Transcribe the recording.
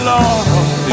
Lord